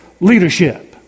leadership